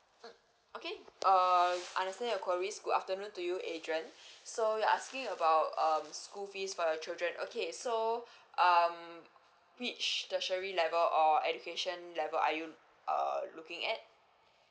mm okay uh understand your queries good afternoon to you adrian so you are asking about um school fees for your children okay so um which tertiary level or education level are you err looking at